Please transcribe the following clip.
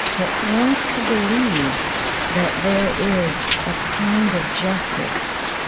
that wants to believe that there is a kind of justice